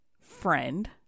friend